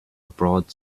abroad